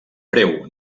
breu